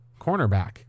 cornerback